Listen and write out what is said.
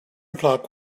clock